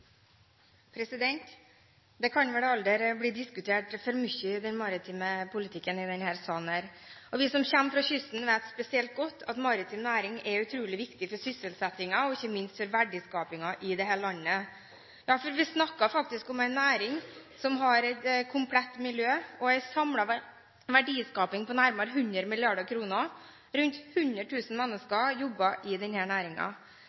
Det kan vel aldri bli diskutert for mye rundt den maritime politikken i denne salen. Vi som kommer fra kysten, vet spesielt godt at maritim næring er utrolig viktig for sysselsettingen og ikke minst for verdiskapingen i dette landet. Vi snakker faktisk om en næring som har et komplett miljø med en samlet verdiskaping på nærmere 100 mrd. kr, og rundt